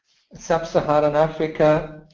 sub-saharan africa